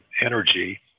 energy